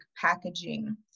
packaging